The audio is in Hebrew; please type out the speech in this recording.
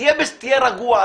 תהיה רגוע.